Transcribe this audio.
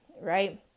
right